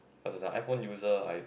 cause as an iPhone user I